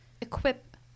equip